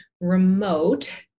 remote